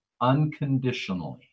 unconditionally